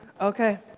Okay